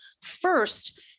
First